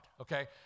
okay